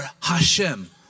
Hashem